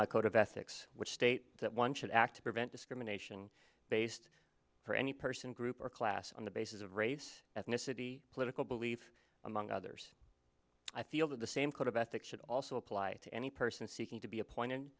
my code of ethics which state that one should act to prevent discrimination based for any person group or class on the basis of race ethnicity political belief among others i feel that the same code of ethics should also apply to any person seeking to be appointed